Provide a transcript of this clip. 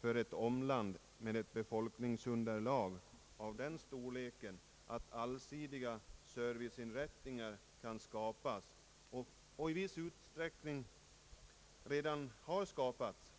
för ett omland med ett befolkningsunderlag av den storleksordningen att allsidiga serviceinrättningar kan skapas och i viss utsträckning redan har skapats.